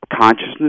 Consciousness